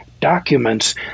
documents